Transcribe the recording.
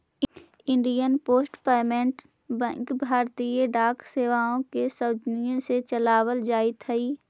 Indian post payment bank भारतीय डाक सेवा के सौजन्य से चलावल जाइत हइ